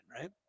right